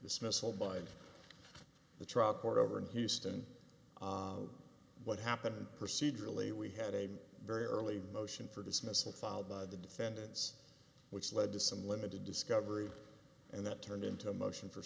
dismissal by the trial court over in houston what happened procedurally we had a very early motion for dismissal filed by the defendants which led to some limited discovery and that turned into a motion for